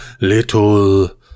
little